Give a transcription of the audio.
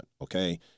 okay